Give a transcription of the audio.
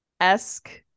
esque